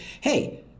hey